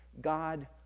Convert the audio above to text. God